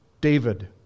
David